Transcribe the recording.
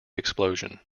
explosion